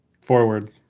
forward